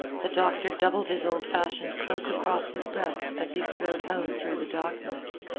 the doctor doubled his old-fashioned cloak across his breast as he strode home through the darkness.